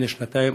לפני שנתיים,